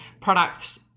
products